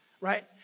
right